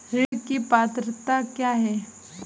ऋण की पात्रता क्या है?